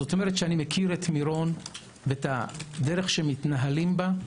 זאת אומרת שאני מכיר את מירון ואת הדרך שמתנהלים בה,